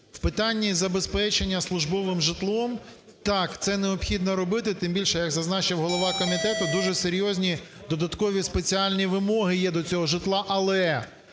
В питанні забезпечення службовим житлом, так, це необхідно робити, тим більше, як зазначив голова комітету, дуже серйозні додаткові спеціальні вимоги є до цього житла. Але